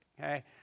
Okay